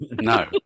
No